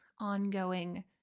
ongoing